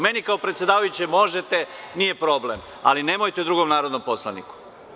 Meni kao predsedavajućem možete, nije problem, ali nemojte drugom narodnom poslaniku.